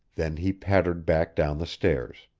then he pattered back down the stairs.